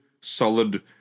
solid